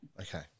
Okay